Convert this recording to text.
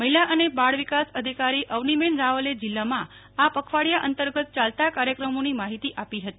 મહિલા અને બાળ વિકાસ અધિકારી અવનીબેન રાવલે જિલ્લામાં આ પખવાડિયા અંતર્ગત ચાલતા કાર્યક્રમોની માહિતી આપી હતી